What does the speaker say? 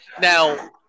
Now